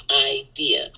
idea